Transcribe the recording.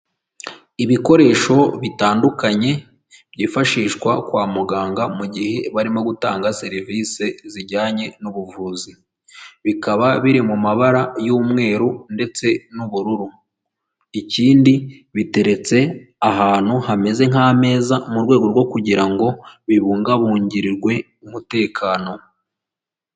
Ibikoresho bitandukanye byifashishwa kwa muganga mu gihe barimo gutanga serivisi zijyanye n'ubuvuzi, bikaba biri mu mabara y'umweru ndetse n'ubururu, ikindi biteretse ahantu hameze nk'ameza mu rwego rwo kugira ngo bibungabungirwe umutekano.